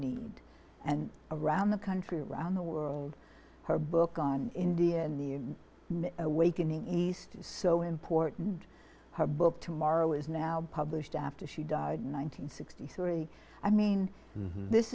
need and around the country around the world her book on india and the awakening east is so important her book tomorrow is now published after she died nine hundred sixty three i mean this